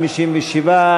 57,